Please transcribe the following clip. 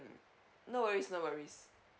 mm no worries no worries